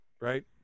right